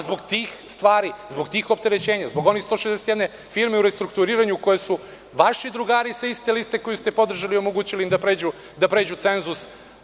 Zbog tih stvari, zbog tih opterećenja, zbog one 161 firme u restrukturiranju koji su vaši drugari sa iste liste koju ste podržali, omogućili im da pređu cenzus.